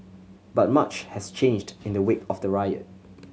but much has changed in the wake of the riot